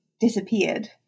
disappeared